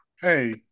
Hey-